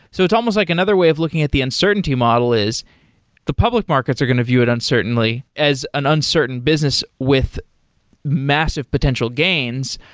so it's almost like another way of looking at the uncertainty model is the public markets are going to view it uncertainly as an uncertain business with massive potential gains,